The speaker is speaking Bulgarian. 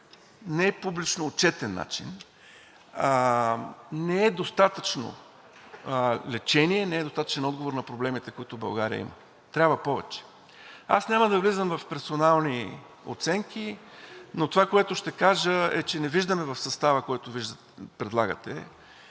непублично отчетен начин, не е достатъчно лечение, не е достатъчен отговор на проблемите, които България има, трябва повече. Аз няма да влизам в персонални оценки, но това, което ще кажа, е, че не виждаме в състава, който предлагате,